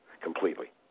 Completely